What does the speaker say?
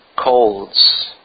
colds